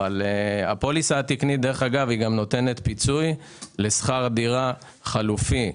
הפוליסה התקנית נותנת פיצוי לשכר דירה חלופי.